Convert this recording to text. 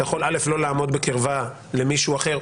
אתה יכול לא לעמוד בקרבה למישהו אחר,